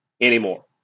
anymore